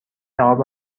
جواب